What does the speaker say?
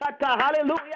Hallelujah